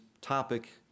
topic